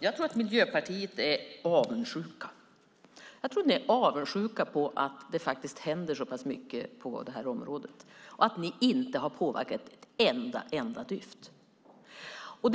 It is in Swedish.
Fru talman! Jag tror att ni i Miljöpartiet är avundsjuka på att det händer så mycket på det här området utan att ni har haft någon som helst inverkan. Om